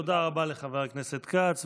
תודה רבה לחבר הכנסת כץ.